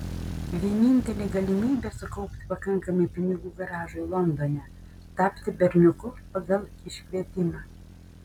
vienintelė galimybė sukaupti pakankamai pinigų garažui londone tapti berniuku pagal iškvietimą